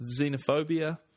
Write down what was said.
Xenophobia